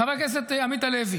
חבר הכנסת עמית הלוי